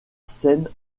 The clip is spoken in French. scène